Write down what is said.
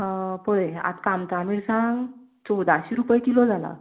आं पळय आतां कामता मिरसांग चवदाशी रुपया किलो जालां